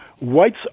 whites